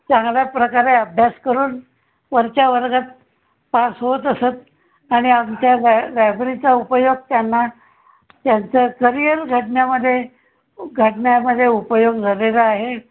चांगल्या प्रकारे अभ्यास करून वरच्या वर्गात पास होत असत आणि आमच्या लाय लायब्ररीचा उपयोग त्यांना त्यांचं करिअर घडण्यामध्ये घडण्यामध्ये उपयोग झालेला आहे